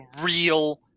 real